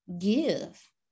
give